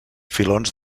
filons